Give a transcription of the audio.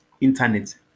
internet